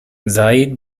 said